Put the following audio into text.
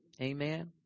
Amen